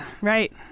right